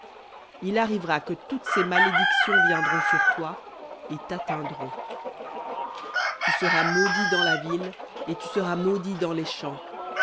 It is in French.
il arrivera que toutes ces malédictions viendront sur toi et tatteindront tu seras maudit dans la ville et tu seras maudit dans les champs